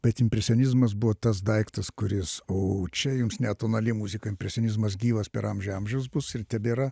bet impresionizmas buvo tas daiktas kuris o čia jums ne atonali muzika impresionizmas gyvas per amžių amžius bus ir tebėra